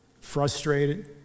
frustrated